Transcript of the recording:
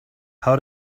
how